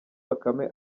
bakame